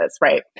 right